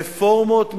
רפורמות מדוללות,